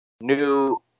new